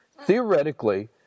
Theoretically